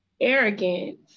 Arrogant